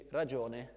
ragione